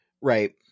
right